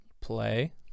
play